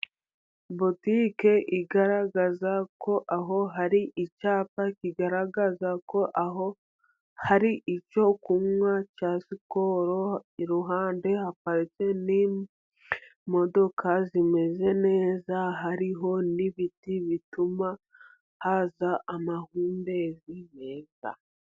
Botike igaragaza ko aho hari icyapa, kigaragaza ko aho hari icyo kunywa cya sikoro, iruhande haparitse imodoka zimeze neza, hariho n'ibindi bituma haza amahumbezi meza.